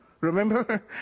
Remember